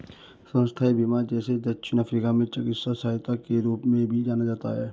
स्वास्थ्य बीमा जिसे दक्षिण अफ्रीका में चिकित्सा सहायता के रूप में भी जाना जाता है